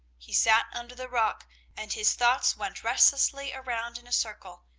he sat under the rock and his thoughts went restlessly round in a circle,